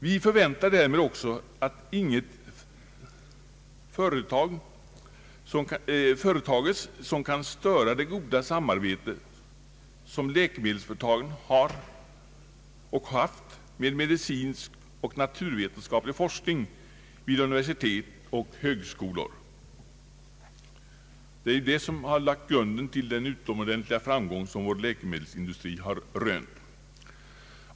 Vi förväntar därmed också att inget företages som kan störa det goda samarbetet som <läkemedelsföretagen har och har haft med medicinsk och naturvetenskaplig forskning vid universitet och högskolor. Det är detta som har lagt grunden till den utomordentliga framgång som vår läkemedelsindustri har rönt.